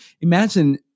imagine